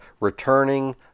returning